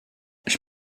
ich